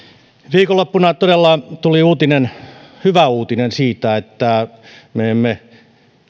viikonloppuna todella tuli hyvä uutinen siitä että me emme